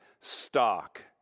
stock